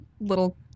little